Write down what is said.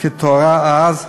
כתוארה אז,